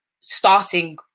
starting